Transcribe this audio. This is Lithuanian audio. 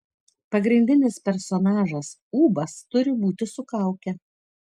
pagrindinis personažas ūbas turi būti su kauke